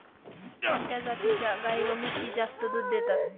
कोणत्या जातीच्या गाई व म्हशी जास्त दूध देतात?